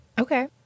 Okay